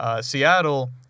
Seattle